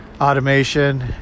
automation